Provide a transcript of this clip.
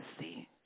see